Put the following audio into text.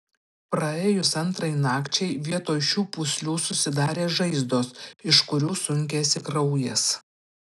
praėjus antrai nakčiai vietoj šių pūslių susidarė žaizdos iš kurių sunkėsi kraujas